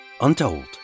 untold